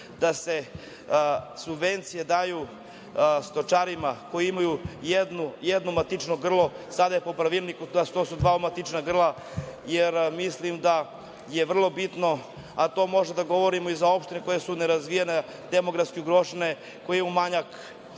da se subvencije daju stočarima koji imaju jedno matično grlo. Sada je po pravilniku dva matična grla, jer mislim da je vrlo bitno, a to možemo da govorimo i za opštine koje su nerazvijene, demografski ugrožene, koje imaju manjak